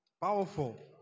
Powerful